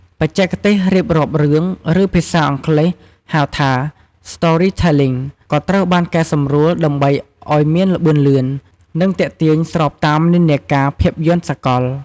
បច្ចេកទេសរៀបរាប់រឿង ឬភាសាអង់គ្លេសហៅថា storytelling ក៏ត្រូវបានកែសម្រួលដើម្បីឲ្យមានល្បឿនលឿន និងទាក់ទាញស្របតាមនិន្នាការភាពយន្តសកល។